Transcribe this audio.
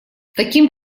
таким